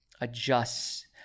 adjusts